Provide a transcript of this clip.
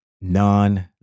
non